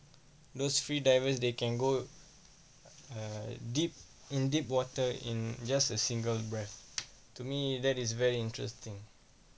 those free divers they can go uh deep in deep water in just a single breath to me that is very interesting